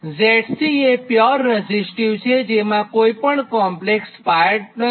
ZC એ pure resistive છે જેમાં કોઇ કોમ્પ્લેક્ષ પાર્ટ નથી